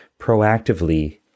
proactively